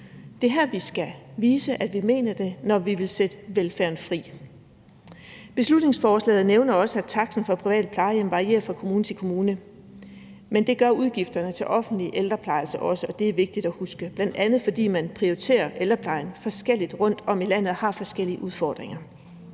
Det er her, vi skal vise, at vi mener det, når vi siger, at vi vil sætte velfærden fri. Beslutningsforslaget nævner også, at taksten for private plejehjem varierer fra kommune til kommune, men det gør udgifterne til den offentlige ældrepleje altså også, og det er vigtigt at huske. Det er bl.a., fordi man prioriterer ældreplejen forskelligt rundtom i landet og har forskellige udfordringer.